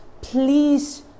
please